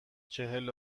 چهل